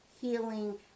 healing